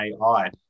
AI